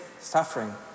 suffering